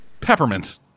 Peppermint